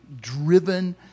driven